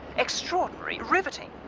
extraordinary, riveting,